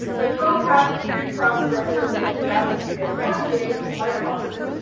the compact greek cross structure makes the baptistry of poitiers, like austin,